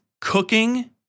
cooking